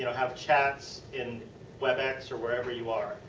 you know have chats in webx or wherever you are.